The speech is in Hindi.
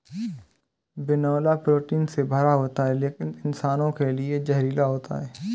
बिनौला प्रोटीन से भरा होता है लेकिन इंसानों के लिए जहरीला होता है